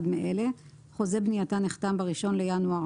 מאלה: חוזה בנייתה נחתם ב-1 בינואר